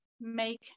make